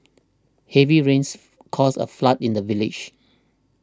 heavy rains caused a flood in the village